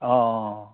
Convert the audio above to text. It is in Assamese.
অঁ